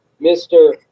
Mr